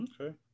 Okay